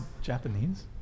Japanese